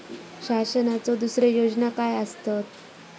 शासनाचो दुसरे योजना काय आसतत?